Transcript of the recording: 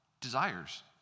desires